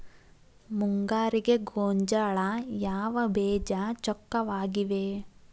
ಮುಂಗಾರಿಗೆ ಗೋಂಜಾಳ ಯಾವ ಬೇಜ ಚೊಕ್ಕವಾಗಿವೆ?